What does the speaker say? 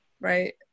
right